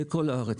בכל הארץ.